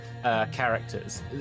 Characters